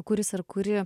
kuris ar kuri